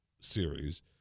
series